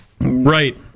Right